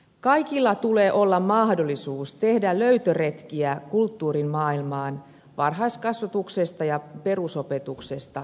kaikilla tulee olla mahdollisuus tehdä löytöretkiä kulttuurin maailmaan varhaiskasvatuksesta ja perusopetuksesta lähtien